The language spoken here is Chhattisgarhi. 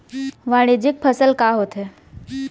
वाणिज्यिक फसल का होथे?